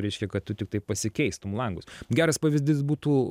reiškia kad tu tiktai pasikeistum langus geras pavyzdys būtų